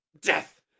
Death